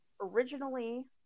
originally